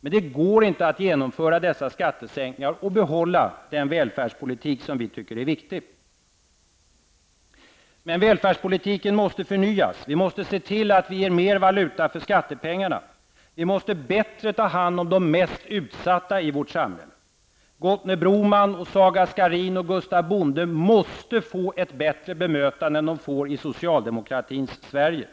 Men det går inte att genomföra dessa skattesänkningar och behålla den välfärdspolitik som vi tycker är viktig. Men välfärdspolitiken måste förnyas. Vi måste se till att ge mer valuta för skattepengarna. Vi måste bättre ta hand om de mest utsatta i vårt samhälle. Gottne Broman, Saga Skarin och Gustaf Bonde måste få ett bättre bemötande än de får i socialdemokratins Sverige.